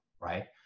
right